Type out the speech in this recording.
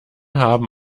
haben